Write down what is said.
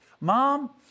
mom